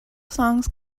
songs